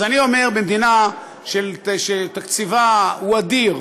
אז אני אומר: במדינה שתקציבה הוא אדיר,